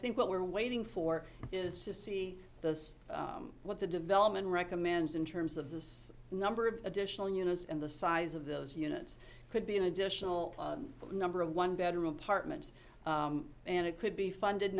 think what we're waiting for is to see those what the development recommends in terms of the number of additional units and the size of those units could be an additional number of one bedroom apartment and it could be funded